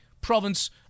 province